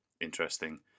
interesting